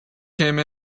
came